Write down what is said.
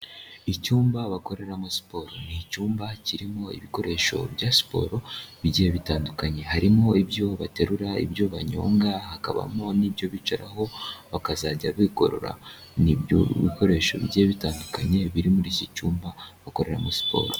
Icyumba bakoreramo siporo. Ni icyumba kirimo ibikoresho bya siporo bigiye bitandukanye harimo ibyo baterura, ibyo banyonga, hakabamo n'ibyo bicaraho bakazajya bigorora, ni ibyo bikoresho bigiye bitandukanye biri muri iki cyumba bakoreramo siporo.